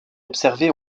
observées